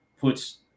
puts